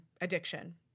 addiction